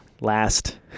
last